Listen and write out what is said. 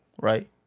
Right